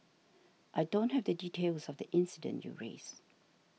I don't have the details of the incident you raised